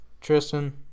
Tristan